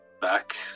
back